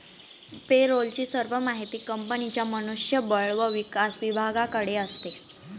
पे role ची सर्व माहिती कंपनीच्या मनुष्य बळ व विकास विभागाकडे असते